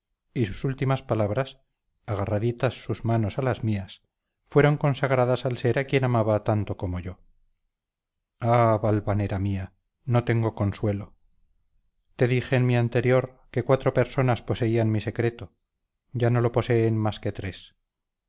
y sus últimas palabras agarraditas sus manos a las mías fueron consagradas al ser a quien amaba tanto como yo ah valvanera mía no tengo consuelo te dije en mi anterior que cuatro personas poseían mi secreto ya no lo poseen más que tres